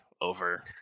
over